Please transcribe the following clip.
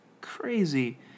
crazy